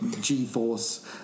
g-force